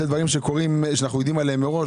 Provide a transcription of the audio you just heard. אלה דברים שאנחנו יודעים עליהם מראש,